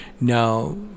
Now